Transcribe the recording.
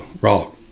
rock